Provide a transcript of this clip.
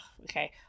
okay